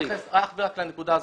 אך ורק לנקודה הזאת.